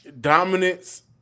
dominance